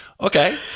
Okay